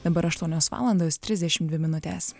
dabar aštuonios valandos trisdešimt dvi minutės